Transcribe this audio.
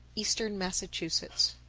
eastern massachusetts.